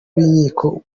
b’inkiko